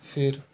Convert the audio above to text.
ਫਿਰ